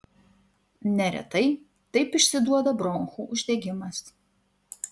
neretai taip išsiduoda bronchų uždegimas